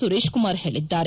ಸುರೇಶಕುಮಾರ್ ಹೇಳಿದ್ದಾರೆ